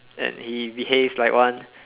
and he behave like one